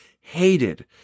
hated